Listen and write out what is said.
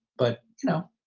but, you know,